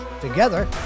Together